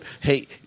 hey